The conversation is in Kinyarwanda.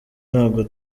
ntabwo